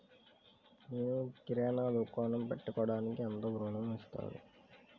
నేను కిరాణా దుకాణం పెట్టుకోడానికి ఎంత ఋణం ఇస్తారు?